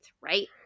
right